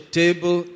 table